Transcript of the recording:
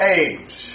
age